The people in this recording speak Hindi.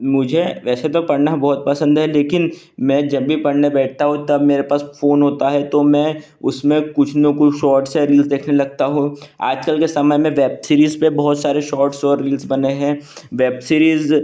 मुझे वैसे तो पढ़ना बहुत पसंद है लेकिन मैं जब भी पढ़ने बैठता हूँ तब मेरे पास फोन होता है तो मैं उसमें कुछ न कुछ शौर्टस या रिल्स देखने लगता हूँ आजकल के समय में वैब सीरीज़ पर बहुत सारे शौर्टस और रिल्स बने हैं वैब सीरीज़